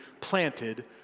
planted